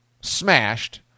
smashed